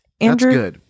Andrew